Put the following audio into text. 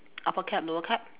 upper cap lower cap